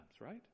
right